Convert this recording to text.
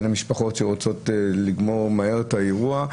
המשפחות שרוצות לגמור מהר את האירוע,